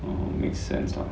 oh make sense lah